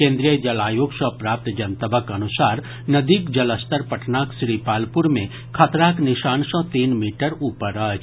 केन्द्रीय जल आयोग सँ प्राप्त जनतवक अनुसार नदीक जलस्तर पटनाक श्रीपालपुर मे खतराक निशान सँ तीन मीटर ऊपर अछि